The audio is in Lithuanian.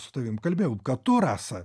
su tavim kalbėjau kad tu rasa